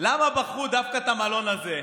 למה בחרו דווקא את המלון הזה,